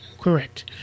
correct